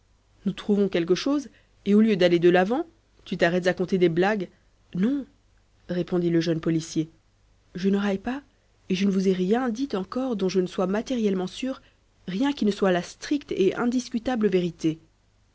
nous trouvons quelque chose et au lieu d'aller de l'avant tu t'arrêtes à conter des blagues non répondit le jeune policier je ne raille pas et je ne vous ai rien dit encore dont je ne sois matériellement sûr rien qui ne soit la stricte et indiscutable vérité